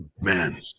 man